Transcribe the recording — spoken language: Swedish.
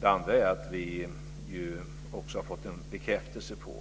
Det andra är att vi också har fått en bekräftelse på